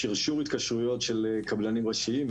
שירשור התקשרויות של קבלנים ראשיים,